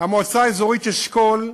המועצה האזורית אשכול,